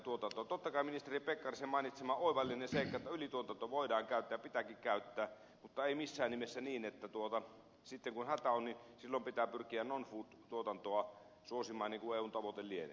totta kai ministeri pekkarisen mainitsema oivallinen seikka on että ylituotanto voidaan käyttää ja pitääkin käyttää mutta ei missään nimessä niin että sitten kun hätä on silloin pitää pyrkiä non food tuotantoa suosimaan niin kuin eun tavoite lienee